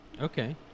Okay